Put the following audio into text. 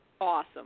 awesome